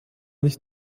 nicht